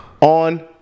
on